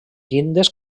llindes